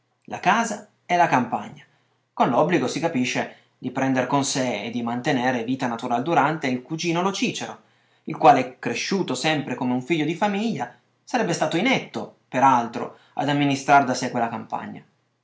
la casa e la campagna con l'obbligo si capisce di prendere con sé e di mantenere vita natural durante il cugino lo cìcero il quale cresciuto sempre come un figlio di famiglia sarebbe stato inetto per altro ad amministrar da sé quella campagna